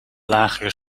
lagere